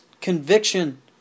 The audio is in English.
conviction